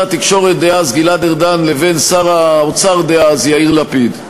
התקשורת דאז גלעד ארדן לבין שר האוצר דאז יאיר לפיד.